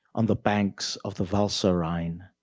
on the banks of the valserine.